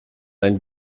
ein